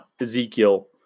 Ezekiel